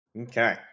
Okay